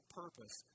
purpose